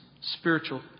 spiritual